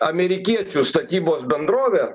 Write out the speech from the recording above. amerikiečių statybos bendrovė